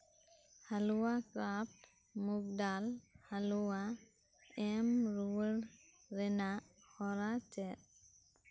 ᱦᱟᱞᱩᱣᱟ ᱠᱟᱯ ᱢᱩᱠᱷ ᱰᱟᱞ ᱦᱟᱞᱩᱣᱟ ᱮᱢ ᱨᱩᱣᱟᱹᱲ ᱨᱮᱱᱟᱜ ᱦᱚᱨᱟ ᱪᱮᱫ